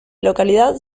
localidad